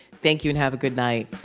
thank you and have a good night